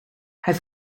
hij